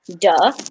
Duh